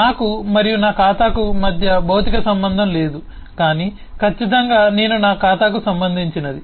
నాకు మరియు నా ఖాతాకు మధ్య భౌతిక సంబంధం లేదు కాని ఖచ్చితంగా నేను నా ఖాతాకు సంబంధించినది